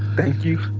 thank you.